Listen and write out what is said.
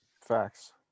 Facts